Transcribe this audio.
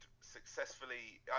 successfully